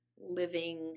living